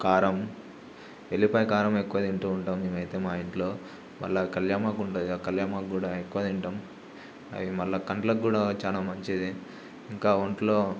కారం ఉల్లిపాయ కారం ఎక్కువ తింటూ ఉంటాం మేము అయితే మా ఇంట్లో వాళ్ళ కల్యామాకు ఉంటుంది కల్యామాకు కూడా ఎక్కువ తింటాం మళ్ల కంట్లకి కూడా చాలా మంచిది ఇంకా ఒంట్లో